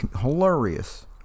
Hilarious